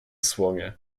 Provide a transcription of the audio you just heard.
słonie